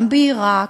גם בעיראק,